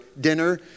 dinner